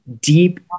deep